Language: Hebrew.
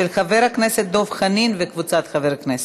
של חבר הכנסת דב חנין וקבוצת חברי הכנסת.